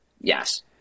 Yes